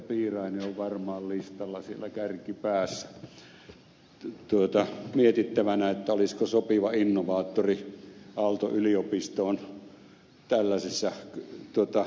piirainen on varmaan listalla siellä kärkipäässä mietittävänä olisiko sopiva innovaattori aalto yliopistoon tällaisissa ideoissaan